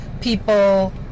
People